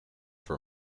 for